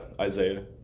Isaiah